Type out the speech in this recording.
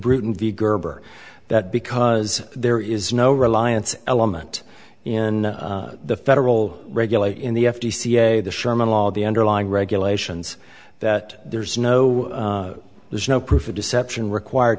britain v gerber that because there is no reliance element in the federal regulate in the f t c a the sherman law the underlying regulations that there's no there's no proof of deception required